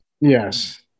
yes